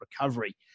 recovery